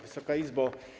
Wysoka Izbo!